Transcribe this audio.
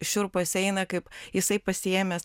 šiurpas eina kaip jisai pasiėmęs